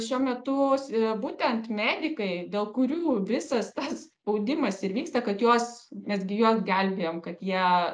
šiuo metu va būtent medikai dėl kurių visas tas spaudimas ir vyksta kad juos mes gi juos gelbėjam kad jie